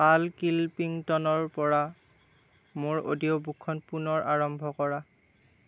Carl কিলপিংটনৰ পৰা মোৰ অডিঅ' বুকখন পুনৰ আৰম্ভ কৰা